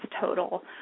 total